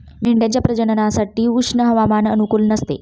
मेंढ्यांच्या प्रजननासाठी उष्ण हवामान अनुकूल नसते